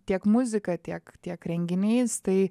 tiek muzika tiek tiek renginiais tai